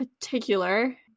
particular